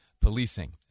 policing